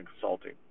Consulting